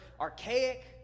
archaic